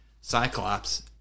Cyclops